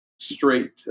straight